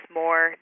more